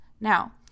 Now